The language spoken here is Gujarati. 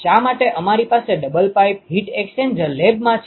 શા માટે અમારી પાસે ડબલ પાઇપ હીટ એક્સ્ચેન્જર લેબમાં છે